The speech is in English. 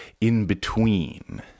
in-between